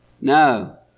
No